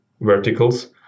verticals